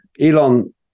Elon